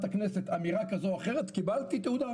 כנסת אמירה כזאת או אחרת קיבלתי תהודה.